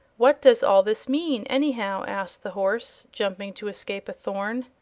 what does all this mean, anyhow? asked the horse, jumping to escape a thorn.